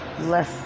less